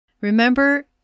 Remember